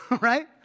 right